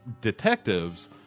detectives